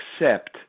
accept